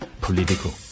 political